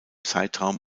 zeitraum